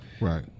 right